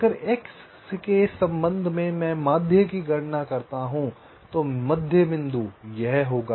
अगर x के संबंध में मैं माध्य की गणना करता हूं तो मध्य बिंदु यह होगा